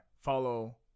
Follow